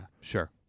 sure